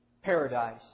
Paradise